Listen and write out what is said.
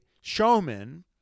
showman